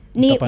ni